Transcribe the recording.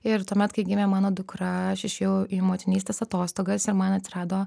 ir tuomet kai gimė mano dukra aš išėjau į motinystės atostogas ir man atsirado